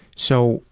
so,